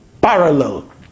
parallel